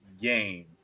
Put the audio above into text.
game